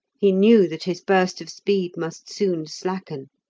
he knew that his burst of speed must soon slacken,